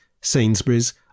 Sainsbury's